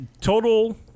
total